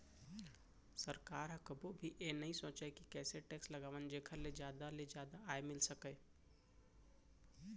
सरकार ह कभू भी ए नइ सोचय के कइसे टेक्स लगावन जेखर ले जादा ले जादा आय मिल सकय